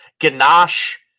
ganache